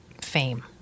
fame